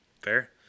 Fair